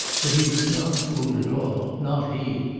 but he was not fooled at all. not he.